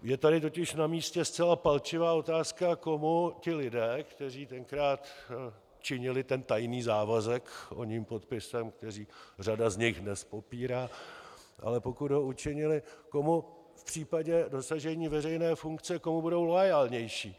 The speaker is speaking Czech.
Je tady totiž namístě zcela palčivá otázka: Komu ti lidé, kteří tenkrát činili tajný závazek oním podpisem, který řada z nich dnes popírá, ale pokud ho učinili, komu v případě dosažení veřejné funkce budou loajálnější?